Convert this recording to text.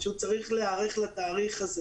בקרב המורשים לנהיגה 14% אחוז ובתאונות קטלניות כ-20%.